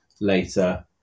later